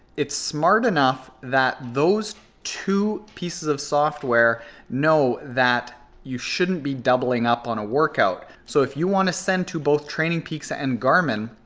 it's smart enough that those two pieces of software know that you shouldn't be doubling up on a workout. so if you wanna send to both training peaks ah and garmin,